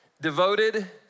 devoted